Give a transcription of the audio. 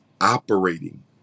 operating